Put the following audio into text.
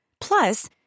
Plus